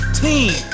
team